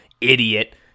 idiot